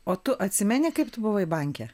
o tu atsimeni kaip tu buvai banke